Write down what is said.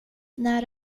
när